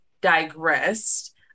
digressed